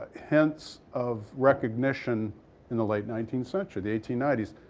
hints of recognition in the late nineteenth century, the eighteen ninety s.